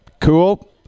cool